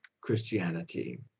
christianity